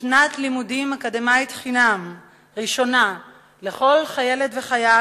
שנת לימודים אקדמית ראשונה חינם לכל חיילת וחייל